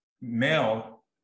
male